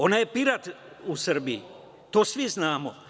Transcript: Ona je pirat u Srbiji, to svi znamo.